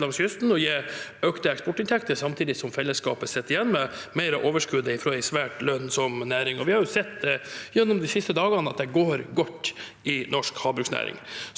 langs kysten og gi økte eksportinntekter, samtidig som fellesskapet sitter igjen med mer av overskuddet fra en svært lønnsom næring. Vi har også gjennom de siste dagene sett at det går godt i norsk havbruksnæring.